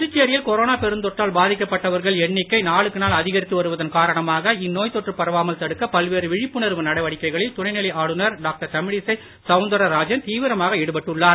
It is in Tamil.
புதுச்சேரியில் கொரோனா பெருந்தொற்றால் பாதிக்கப்பட்டவர்கள் எண்ணிக்கை நாளுக்கு நாள் அதிகரித்து வருவதன் காரணமாக இந்நோய் தொற்று பரவாமல் தடுக்க பல்வேறு விழிப்புணர்வு நடவடிக்கைகளில் துணைநிலை ஆளுநர் டாக்டர் தமிழிசை சவுந்தரராஜன் தீவிரமாக ஈடுபட்டுள்ளார்